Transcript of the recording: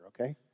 okay